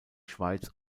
schweiz